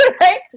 right